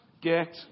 get